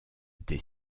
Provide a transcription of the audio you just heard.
des